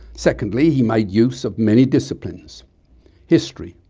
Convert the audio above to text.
secondly, he made use of many disciplines history,